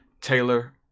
Taylor